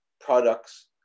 products